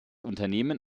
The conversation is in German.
unternehmen